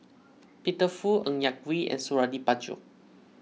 Peter Fu Ng Yak Whee and Suradi Parjo